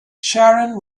sharon